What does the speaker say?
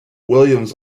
williams